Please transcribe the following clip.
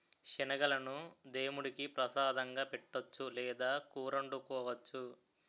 శనగలను దేముడికి ప్రసాదంగా పెట్టొచ్చు లేదా కూరొండుకోవచ్చు